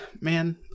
Man